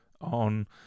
on